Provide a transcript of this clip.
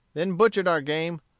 then butchered our game,